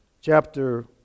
Chapter